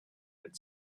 had